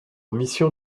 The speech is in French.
mission